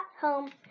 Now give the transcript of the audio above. home